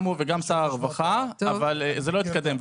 גם הוא וגם שר הרווחה אבל זה לא התקדם.